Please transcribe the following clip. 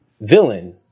villain